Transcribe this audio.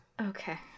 Okay